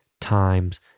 times